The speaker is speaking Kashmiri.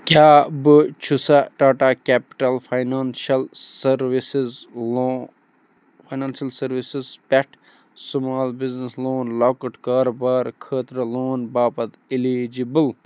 کیٛاہ بہٕ چھُسا ٹاٹا کٮ۪پٹٕل فاینانشَل سٔروِسٕز لو فاینانشَل سٔروِسٕز پٮ۪ٹھ سٕمال بِزنِس لون لۄکُٹ کاربارٕ خٲطرٕ لون باپتھ اِلیجٕبٕل